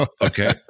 okay